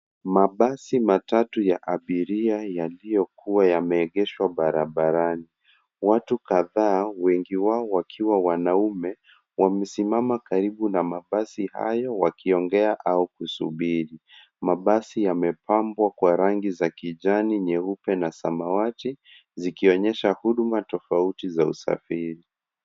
Mabasi matatu ya abiria yaliyokuwa yameegeshwa barabarani. Watu kadhaa, wengi wao wakiwa wanaume, wamesimama karibu na mabasi hayo wakiongea au kusubiri. Mabasi yamepambwa kwa rangi za kijani, nyeupe na samawati zikionyesha huduma tofauti za usafiri.